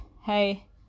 hey